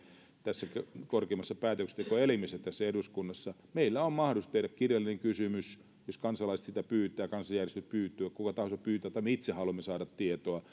korkeimmassa päätöksentekoelimessä eduskunnassa meillä on mahdollisuus tehdä kirjallinen kysymys jos kansalaiset sitä pyytävät kansalaisjärjestöt pyytävät kuka tahansa pyytää tai itse haluamme saada tietoa